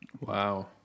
Wow